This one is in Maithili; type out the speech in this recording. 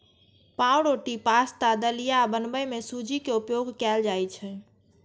पावरोटी, पाश्ता, दलिया बनबै मे सूजी के उपयोग कैल जाइ छै